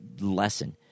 lesson